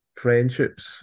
Friendships